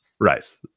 rice